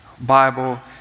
Bible